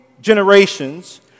generations